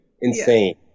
insane